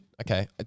Okay